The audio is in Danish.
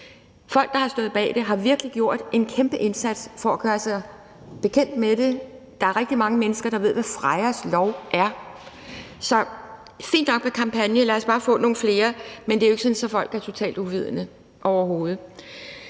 Folk, der har stået bag det, har virkelig gjort en kæmpe indsats for at gøre det kendt. Der er rigtig mange mennesker, der ved, hvad Freyas lov er. Så det er fint nok med en kampagne; lad os bare få nogle flere, men det er jo ikke sådan, at folk er totalt uvidende, overhovedet.